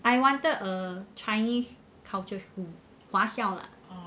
I wanted a chinese culture school 华校 lah